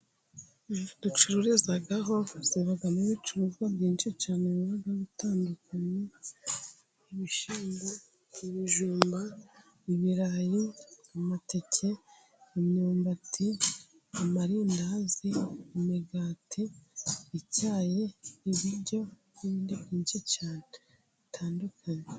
Inzu ducururizaho zibamo ibicuruzwa byinshi cyane cyane biba bitandukanye: ibishyimbo, ibijumba, ibirayi, amateke, imyumbati, amarindazi, imigati, icyayi, ibiryo n'ibindi byinshi cyane bitandukanye.